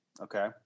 Okay